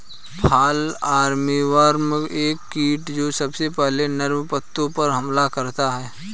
fall armyworm एक कीट जो सबसे पहले नर्म पत्तों पर हमला करता है